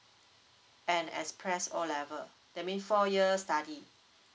and express O level that mean four year study